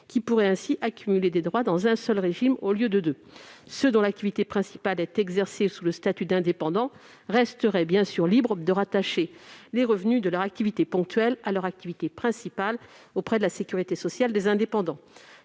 pourraient ainsi accumuler des droits dans un seul régime au lieu de deux. Ceux dont l'activité principale est exercée sous le statut d'indépendant resteraient bien sûr libres de rattacher les revenus de leur activité ponctuelle à leur activité principale auprès de la sécurité sociale des indépendants.